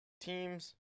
teams